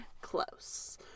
Close